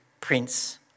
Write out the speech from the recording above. Prince